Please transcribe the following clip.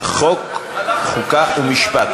חוקה ומשפט.